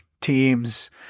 teams